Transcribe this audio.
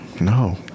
No